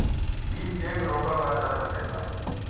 ई चेक रोकल ना जा सकेला